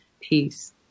peace